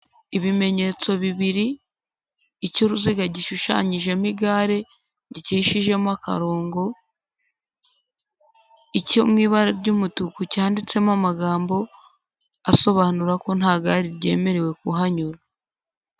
Ibimenyetso bibiri, icy'uruziga gishushanyijemo igare gicishijemo akarongo, icyo mu mubara ry'umutuku cyanditsemo amagambo asobanura ko nta gare ryemerewe kuhanyura.